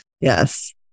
Yes